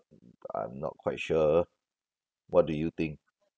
I'm not quite sure what do you think